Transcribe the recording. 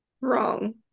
Wrong